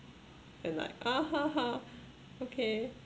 and like okay